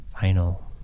final